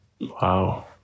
wow